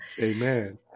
Amen